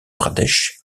pradesh